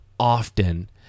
often